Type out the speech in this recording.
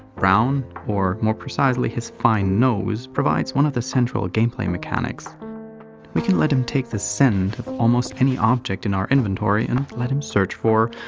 brown, or more precisely, his fine nose, provides one of the central gameplay mechanics we can let him take the scent of almost any object in our inventory and let him search for.